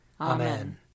Amen